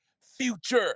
future